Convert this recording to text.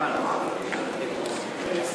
חוק